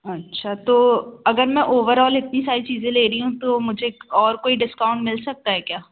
अच्छा तो अगर मैं ओवर ऑल इतनी सारी चीज़ें ले रही हूँ तो मुझे और कोई डिस्काउंट मिल सकता है क्या